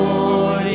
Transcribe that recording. Lord